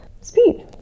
speed